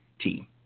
team